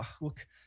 Look